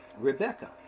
Rebecca